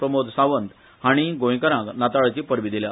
प्रमोद सावंत हाणी गोंयकारांक नाताळाची परबी दिल्या